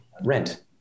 Rent